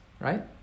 right